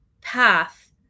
path